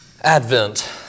Advent